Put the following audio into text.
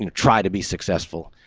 you know try to be successful,